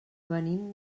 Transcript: venim